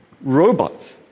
robots